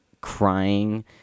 crying